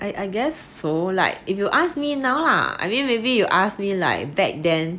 I I guess so like if you ask me now lah I mean maybe you ask me like back then